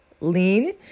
lean